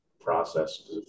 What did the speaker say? process